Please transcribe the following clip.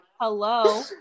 Hello